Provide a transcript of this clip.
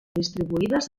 distribuïdes